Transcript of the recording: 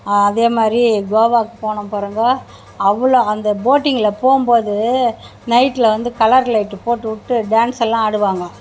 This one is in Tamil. அதேமாதிரி கோவாவுக்கு போனோம் பாருங்கள் அவ்வளோ அந்த போட்டிங்கில் போகும்போது நைட்டில் வந்து கலர் லைட்டு போட்டு விட்டு டான்ஸ் எல்லாம் ஆடுவாங்க